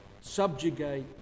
subjugate